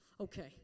Okay